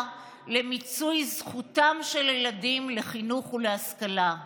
למיצוי זכותם של הילדים לחינוך ולהשכלה.